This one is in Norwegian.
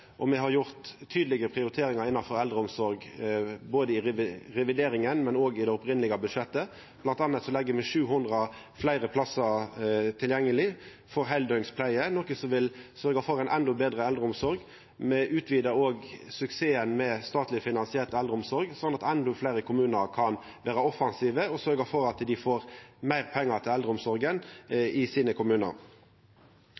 og me har gjort tydelege prioriteringar innanfor eldreomsorg både i revideringa og i det opphavlege budsjettet. Blant anna legg me inn 700 fleire plassar tilgjengelege for heildøgns pleie, noko som vil sørgja for ei endå betre eldreomsorg. Me utvidar òg suksessen med statleg finansiert eldreomsorg – sånn at endå fleire kommunar kan vera offensive – og sørgjer for at kommunane får meir pengar til eldreomsorga.